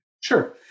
sure